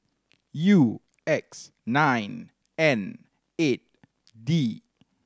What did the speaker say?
U X nine N eight D